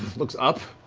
looks up,